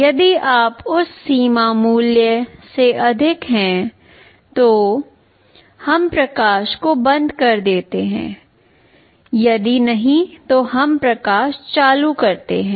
यदि यह उस सीमा मूल्य से अधिक है तो हम प्रकाश को बंद कर देते हैं यदि नहीं तो हम प्रकाश चालू करते हैं